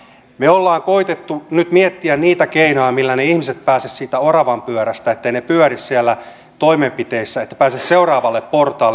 me olemme nyt koettaneet miettiä niitä keinoja millä ne ihmiset pääsisivät siitä oravanpyörästä etteivät he pyörisi siellä toimenpiteissä että he pääsisivät seuraavalle portaalle